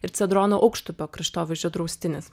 ir cedrono aukštupio kraštovaizdžio draustinis